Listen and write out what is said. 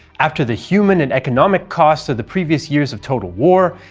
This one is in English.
after the human and economic cost of the previous years of total war,